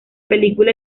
película